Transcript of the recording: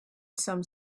some